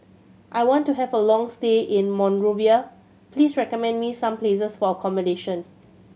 I want to have a long stay in Monrovia please recommend me some places for accommodation